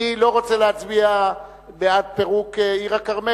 אני לא רוצה להצביע בעד פירוק עיר-הכרמל,